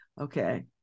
Okay